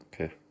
Okay